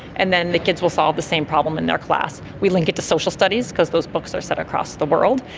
and then the kids will solve the same problem in their class. we link it to social studies, because those books are set across the world.